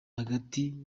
hagati